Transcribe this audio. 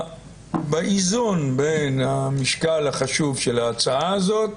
באיזון בין המשקל החשוב של ההצעה הזאת